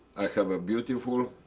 i have a beautiful